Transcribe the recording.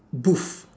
booth